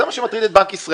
זה מה שמטריד את בנק ישראל,